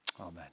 Amen